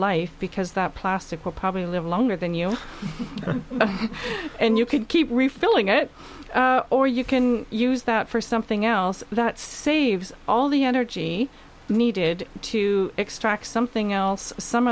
life because that plastic will probably live longer than you and you could keep refilling it or you can use that for something else that saves all the energy needed to extract something else some